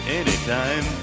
anytime